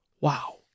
Wow